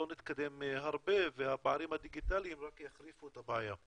נתקדם הרבה והפערים הדיגיטליים רק יחריפו את הבעיה.